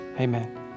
Amen